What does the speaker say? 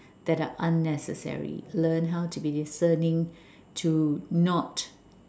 that are unnecessary learn how to be discerning to not